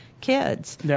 kids